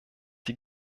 die